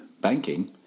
banking